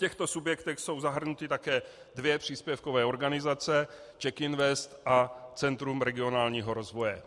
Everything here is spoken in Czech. V těchto subjektech jsou zahrnuty také dvě příspěvkové organizace, CzechInvest a Centrum regionálního rozvoje.